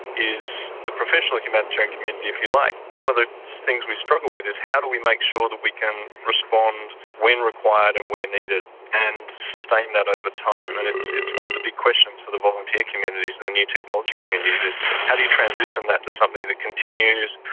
is the professional humanitarian community, if you like. one of the things we struggle with is how do we make sure that we can respond when required and where needed and sustain that over time? and it's it's one of the big questions for the volunteer communities and the new technology communities, is how do you transition that to something that continues,